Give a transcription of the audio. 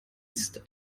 ist